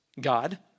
God